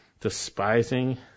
despising